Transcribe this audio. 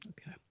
Okay